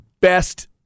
best